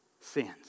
sins